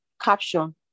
Caption